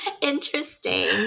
interesting